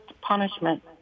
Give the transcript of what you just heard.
punishment